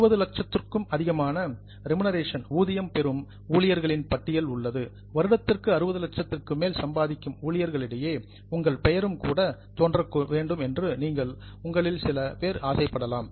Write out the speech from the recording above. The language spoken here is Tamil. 60 லட்சத்துக்கும் அதிகமான ரிமுநெரேஷன் ஊதியம் பெறும் எம்ப்ளாயீஸ் ஊழியர்களின் பட்டியல் உள்ளது வருடத்திற்கு 60 லட்சத்திற்கு மேல் சம்பாதிக்கும் ஊழியர்களிடையே உங்கள் பெயரும் கூட தோன்ற வேண்டும் என்று உங்களில் சில பேர் ஆசைப்படலாம்